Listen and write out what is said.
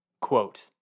Quote